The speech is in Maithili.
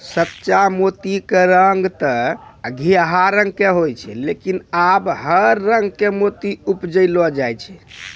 सच्चा मोती के रंग तॅ घीयाहा रंग के होय छै लेकिन आबॅ हर रंग के मोती उपजैलो जाय छै